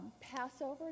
passover